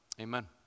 amen